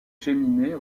géminées